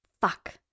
Fuck